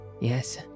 Yes